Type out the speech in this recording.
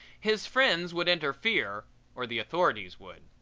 his friends would interfere or the authorities would.